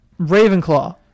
Ravenclaw